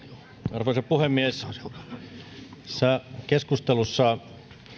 arvoisa puhemies tässä keskustelussa